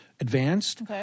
advanced